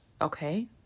okay